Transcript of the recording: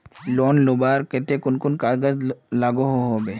Loan लुबार केते कुन कुन कागज लागोहो होबे?